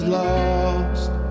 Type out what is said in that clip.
lost